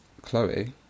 Chloe